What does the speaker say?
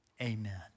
Amen